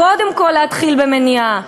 קודם כול, להתחיל במניעה.